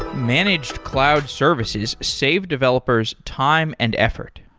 managed cloud services save developers time and effort.